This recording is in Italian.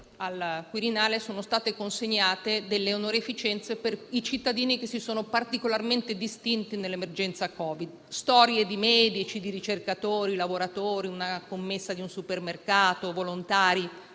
al Quirinale sono state consegnate delle onorificenze per i cittadini che si sono particolarmente distinti nell'emergenza Covid, storie di medici, di ricercatori, di lavoratori, come la commessa di un supermercato, volontari,